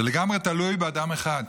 זה לגמרי תלוי באדם אחד,